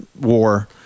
War